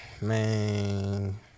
man